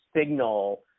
signal